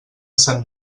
sant